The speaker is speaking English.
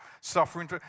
suffering